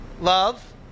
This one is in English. Love